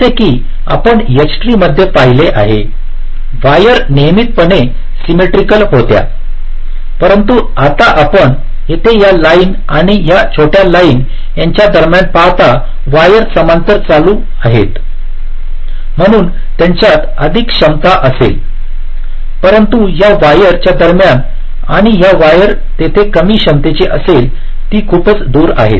जसे की आपण H ट्री मध्ये पाहिले आहे वायर नियमितपणे सिमेट्रिकल होत्या परंतु आता आपण येथे या लाइन आणि या छोट्या लाइन च्या दरम्यान पाहता वायर समांतर चालू आहेत म्हणून त्यांच्यात अधिक क्षमता असेल परंतु या वायरच्या दरम्यान आणि ही वायर तेथे कमी क्षमतेची असेल ती खूपच दूर आहेत